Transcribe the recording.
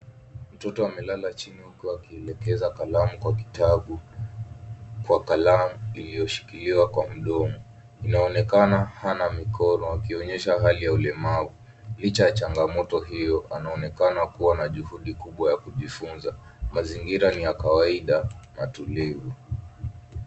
Mtoto amelala chini huko akielekeza kalamu kwa kitabu, kwa kalamu iliyoshikiliwa kwa mdomo. inaonekana hana mikono wakionyesha hali ya ulemavu, Licha ya changamoto hiyo anaonekana kuwa na juhudi kubwa ya kujifunza mazingira ni ya kawaida matulivu .